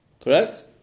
Correct